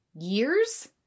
years